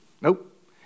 Nope